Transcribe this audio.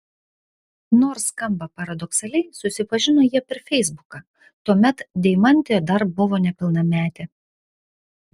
nors skamba paradoksaliai susipažino jie per feisbuką tuomet deimantė dar buvo nepilnametė